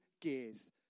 gears